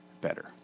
better